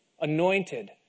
anointed